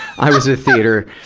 i was a theater,